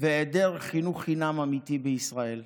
והיעדר חינוך חינם אמיתי בישראל.